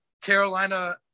Carolina